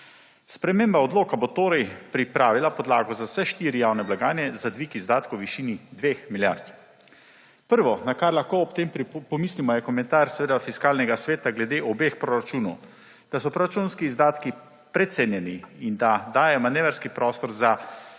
Sprememba odloka bo torej pripravila podlago za vse štiri javne blagajne za dvig izdatkov v višini 2 milijard. Prvo, na kar lahko ob tem pomislimo, je komentar seveda Fiskalnega sveta glede obeh proračunov, da so proračunski izdatki precenjeni in da dajejo manevrski prostor za